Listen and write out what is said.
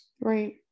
right